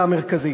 המרכזית?